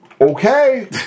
okay